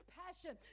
passion